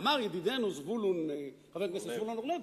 אמר ידידנו חבר הכנסת זבולון אורלב,